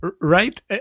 right